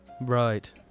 right